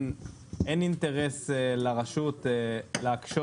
אין אינטרס לרשות להקשות,